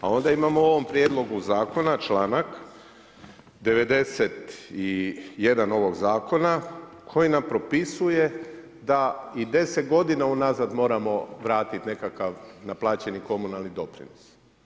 A onda imamo u ovom prijedlogu zakona članak 91. ovog zakona koji nam propisuje da i 10 godina unazad moramo vratiti nekakav naplaćeni komunalni doprinos.